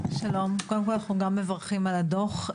אנחנו מברכים על הדוח.